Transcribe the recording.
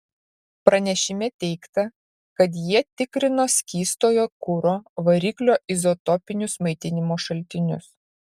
pranešime teigta kad jie tikrino skystojo kuro variklio izotopinius maitinimo šaltinius